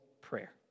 prayer